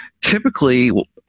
typically